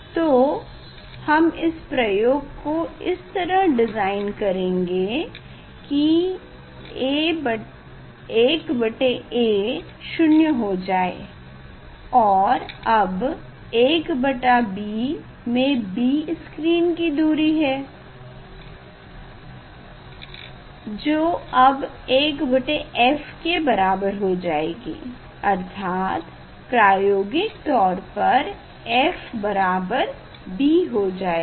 तो हम इस प्रयोग को इस तरह डिज़ाइन करेंगे की 1a शून्य हो जाए अब 1b में b स्क्रीन की दूरी है जो अब 1f के बराबर हो जाएगी अर्थात प्रायोगिक तौर पर f b हो जाएगा